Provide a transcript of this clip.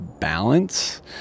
balance